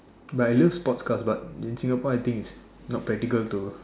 but I love sports car but in Singapore I think it's not practical to